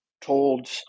told